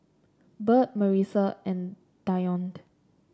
Bert Marisa and Dionte